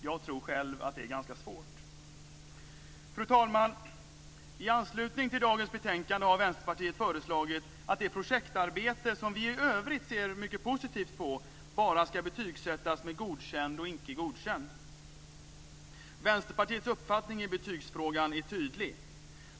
Jag tror själv att det blir ganska svårt. Fru talman! I anslutning till dagens betänkande har Vänsterpartiet föreslagit att det projektarbete som vi i övrigt ser mycket positivt på bara ska betygsättas med Godkänd och Icke godkänd. Vänsterpartiets uppfattning i betygsfrågan är tydlig.